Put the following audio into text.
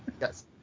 Yes